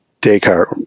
Descartes